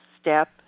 step